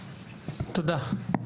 תודה.